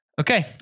Okay